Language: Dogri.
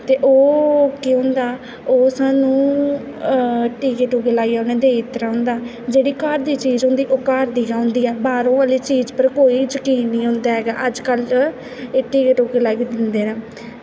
ते ओह् केह् होंदा ओह् सानूं उ'नैं टीके टूके लाइयै देई दित्ते दा होंदा जेह्ड़ी घर दी चीज होंदी ऐ ओह् घर दी गै होंदी ऐ बाह्रों आह्ली चीज पर कोई जकीन निं होंदा ऐ अजकल्ल टीके टूके लाइयै दिंदे न